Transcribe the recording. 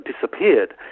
disappeared